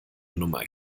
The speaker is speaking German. nummer